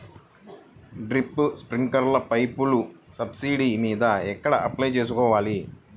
Drip, స్ప్రింకర్లు పైపులు subsidy మీద ఎక్కడ అప్లై చేసుకోవాలి?